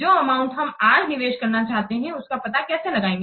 जो अमाउंट हम आज निवेश करना चाहते हैं उसका पता कैसे लगाएंगे